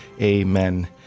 Amen